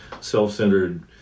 self-centered